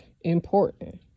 important